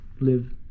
live